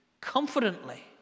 confidently